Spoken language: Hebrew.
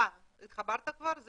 התחברת כבר?